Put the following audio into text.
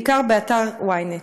בעיקר באתר ynet.